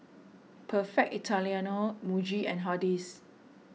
Perfect Italiano Muji and Hardy's